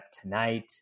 tonight